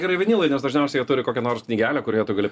gerai vinilai nes dažniausiai jie turi kokią nors knygelę kurioje tu gali